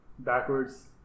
backwards